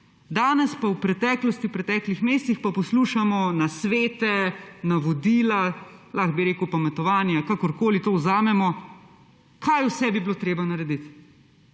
Danes pa v preteklosti, v preteklih mesecih poslušamo nasvete, navodila, lahko bi rekel pametovanje, kakorkoli to vzamemo, kaj vse bi bilo treba narediti.